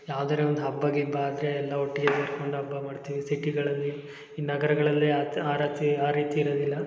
ಯಾವ್ದರ ಒಂದು ಹಬ್ಬ ಗಿಬ್ಬ ಆದರೆ ಎಲ್ಲ ಒಟ್ಟಿಗೆ ಕೂತ್ಕೊಂಡು ಹಬ್ಬ ಮಾಡ್ತೀವಿ ಸಿಟಿಗಳಲ್ಲಿ ಈ ನಗರಗಳಲ್ಲಿ ಆತ್ ಆರತಿ ಆ ರೀತಿ ಇರುದಿಲ್ಲ